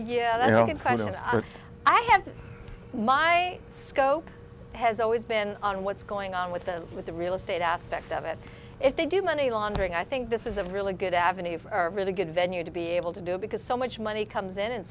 know i have my scope has always been on what's going on with the with the real estate aspect of it if they do money laundering i think this is a really good avenue for really good venue to be able to do because so much money comes in and